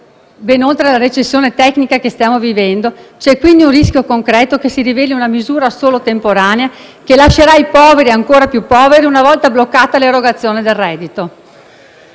ben oltre la recessione tecnica che stiamo vivendo - c'è quindi un rischio concreto che si riveli una misura solo temporanea che lascerà i poveri ancora più poveri una volta bloccata l'erogazione del reddito.